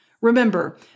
Remember